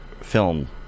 film